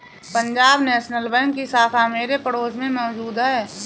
Punjab National Bank की शाखा मेरे पड़ोस में मौजूद है